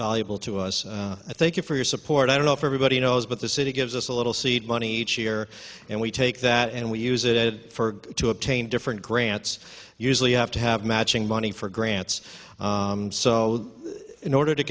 valuable to us i thank you for your support i don't know if everybody knows but the city gives us a little seed money each year and we take that and we use it to obtain different grants usually have to have matching money for grants so in order to